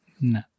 No